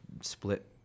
split